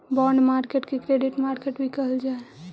bond market के credit market भी कहल जा हइ